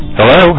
Hello